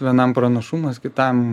vienam pranašumas kitam